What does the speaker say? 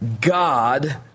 God